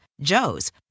Joe's